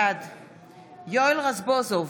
בעד יואל רזבוזוב,